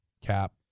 Cap